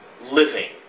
living